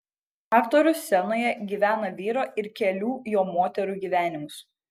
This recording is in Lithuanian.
aktorius scenoje gyvena vyro ir kelių jo moterų gyvenimus